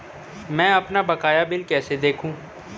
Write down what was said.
मैं अपना बकाया बिल कैसे देखूं?